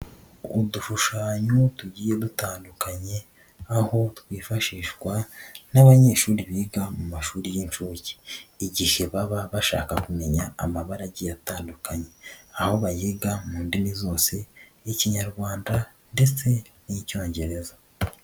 Udushushanyo tugiye dutandukanye aho twifashishwa n'abanyeshuri biga mu mashuri y'incuke igihe baba bashaka kumenya amabarage atandukanye, aho bayiga mu ndimi zose ikinyarwandadest n'icyongereza.